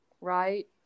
right